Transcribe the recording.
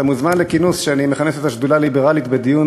אתה מוזמן לכינוס שאני מכנס את השדולה הליברלית לדיון